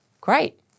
Great